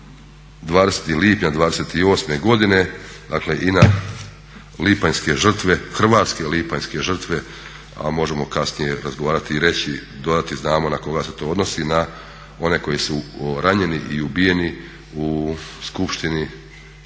na lipanjske žrtve, hrvatske lipanjske žrtve, a možemo kasnije razgovarati i reći, dodati znamo na koga se to odnosi na one koji su ranjeni i ubijeni u skupštini